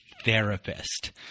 therapist